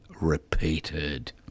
repeated